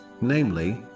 namely